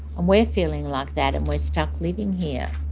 and we're feeling like that and we're stuck living here.